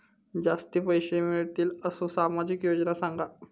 जास्ती पैशे मिळतील असो सामाजिक योजना सांगा?